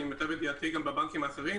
למיטב ידיעתי גם בבנקים האחרים,